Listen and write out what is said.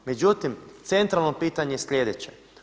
Međutim, centralno pitanje je sljedeće.